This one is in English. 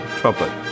trumpet